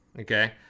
Okay